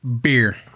Beer